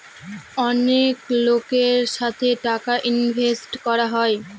অনেক লোকের সাথে টাকা ইনভেস্ট করা হয়